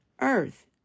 earth